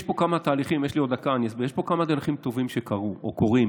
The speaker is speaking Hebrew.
יש פה כמה תהליכים טובים שקרו או קורים,